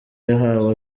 yahawe